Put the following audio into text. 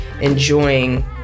enjoying